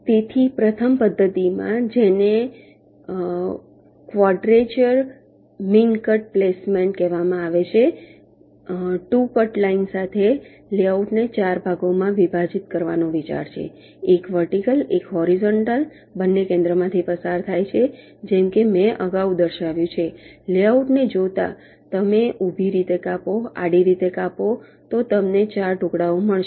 તેથી પ્રથમ પદ્ધતિમાં જેને ક્વાડ્રેચર મિનકટ પ્લેસમેન્ટ કહેવામાં આવે છે 2 કટલાઈન સાથે લેઆઉટને 4 ભાગોમાં વિભાજીત કરવાનો વિચાર છે 1 વર્ટિકલ 1 હોરીઝોન્ટલ બંને કેન્દ્રમાંથી પસાર થાય છે જેમ કે મેં અગાઉ દર્શાવ્યું છે લેઆઉટને જોતાં તમે ઊભી રીતે કાપો આડી રીતે કાપો છો તો તમને 4 ટુકડાઓ મળશે